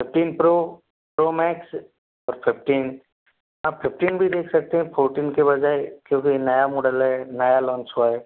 fifteen pro pro max और fifteen आप fifteen भी देख सकते हैं फ़ोर्टिन के बजाय क्योंकि ये नया मॉडल है नया लोंच हुआ है